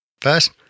First